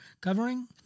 covering